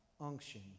unction